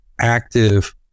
active